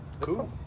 Cool